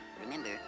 Remember